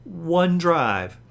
OneDrive